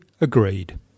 agreed